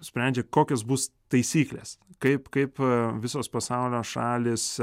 sprendžia kokios bus taisyklės kaip kaip visos pasaulio šalys